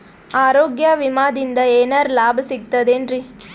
ಆರೋಗ್ಯ ವಿಮಾದಿಂದ ಏನರ್ ಲಾಭ ಸಿಗತದೇನ್ರಿ?